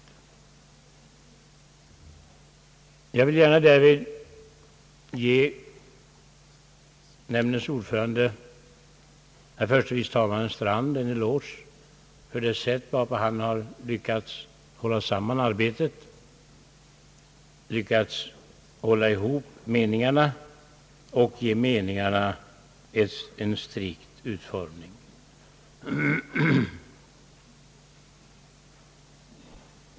Jag vill också ge nämndens ordförande, herr förste vice talmannen Strand, en eloge för det sätt varpå han har lyckats foga samman arbetet och hålla ihop meningarna och ge dem en riktig utformning.